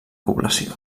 població